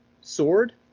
sword